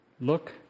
Look